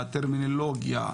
בטרמינולוגיה,